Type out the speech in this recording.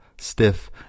stiff